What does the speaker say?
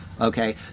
okay